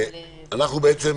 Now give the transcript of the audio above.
בוקר טוב,